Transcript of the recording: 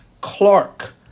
Clark